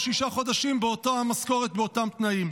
שישה חודשים באותה המשכורת ובאותם תנאים.